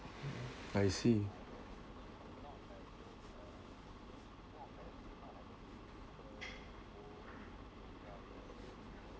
I see